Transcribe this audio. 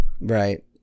Right